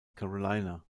carolina